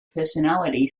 personality